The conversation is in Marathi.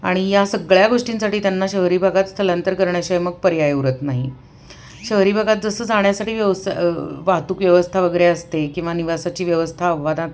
आणि या सगळ्या गोष्टींसाठी त्यांना शहरी भागात स्थलांतर करण्याशिवाय मग पर्याय उरत नाही शहरी भागात जसं जाण्यासाठी व्यवसा वाहतूक व्यवस्था वगैरे असते किंवा निवासाची व्यवस्था अव्वादात